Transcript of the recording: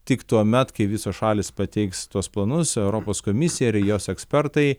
tik tuomet kai visos šalys pateiks tuos planus europos komisija ir jos ekspertai